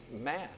mad